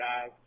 guys